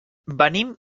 venim